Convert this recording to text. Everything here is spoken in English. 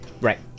right